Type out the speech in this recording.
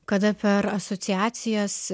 kada per asociacijas